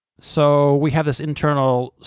so we have this internal